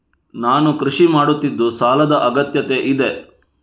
ನಾನು ಕೃಷಿ ಮಾಡುತ್ತಿದ್ದು ಸಾಲದ ಅಗತ್ಯತೆ ಇದೆ?